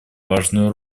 важную